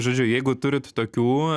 žodžiu jeigu turit tokių